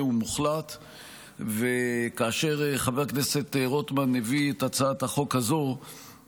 חברות וחברי הכנסת, אני